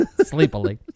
sleepily